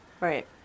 Right